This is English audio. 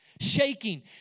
shaking